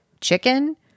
Chicken